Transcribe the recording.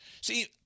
See